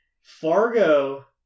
Fargo